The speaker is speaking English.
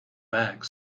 bags